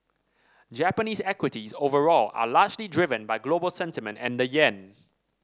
Japanese equities overall are largely driven by global sentiment and the yen